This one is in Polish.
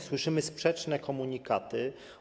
Słyszymy sprzeczne komunikaty.